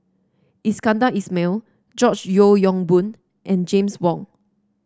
Iskandar Ismail George Yeo Yong Boon and James Wong